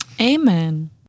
Amen